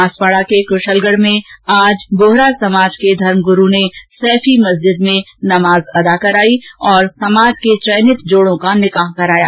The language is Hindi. बांसवाड़ा के कुशलगढ़ में आज बाहरा समाज के धर्मगुरु ने सैफी मस्जिद में नमाज अदा कराई और समाज के चयनित जोड़ों का निकाह कराया